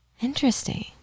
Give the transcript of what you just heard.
Interesting